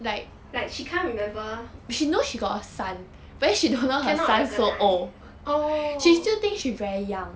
like she can't remember cannot recognise oh